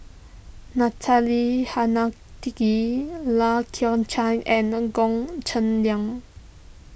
Natalie Hennedige Lai Kew Chai and an Goh Cheng Liang